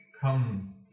come